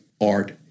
art